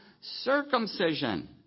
circumcision